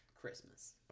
christmas